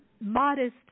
modest